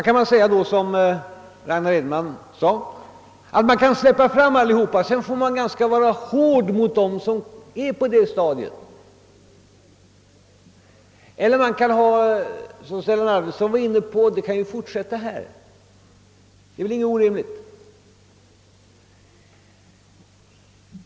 Kan man då, såsom Ragnar Edenman menade, släppa fram alla de sökande till den postgymnasiala utbildningen för att i stället behandla dem på ett hårt sätt? Eller kan man, såsom Stellan Arvidson gjorde, säga att tillströmningen till den postgymnasiala utbildningen är fullt rimlig?